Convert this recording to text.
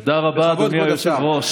תודה רבה, אדוני היושב-ראש.